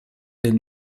del